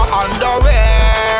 underwear